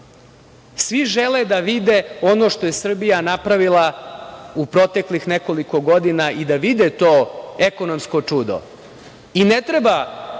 Svi žele da vide ono što je Srbija napravila u proteklih nekoliko godina i da vide to ekonomsko čudo. Ne